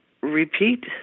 repeat